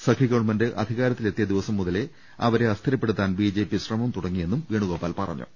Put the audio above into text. സഖ്യ ഗവൺമെന്റ് അധികാരത്തിൽ എത്തിയ ദിവസം മുതലേ അവരെ അസ്ഥിരപ്പെടുത്താൻ ബി ജെ പി ശ്രമം തുടങ്ങിയെന്നും വേണുഗോ പാൽ പറഞ്ഞു